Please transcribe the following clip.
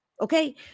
Okay